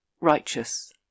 righteous